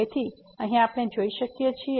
તેથી અહીં આપણે જોઈ શકીએ છીએ